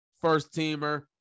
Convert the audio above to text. first-teamer